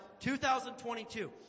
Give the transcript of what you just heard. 2022